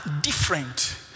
different